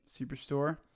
superstore